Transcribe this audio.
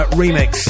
remix